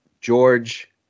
George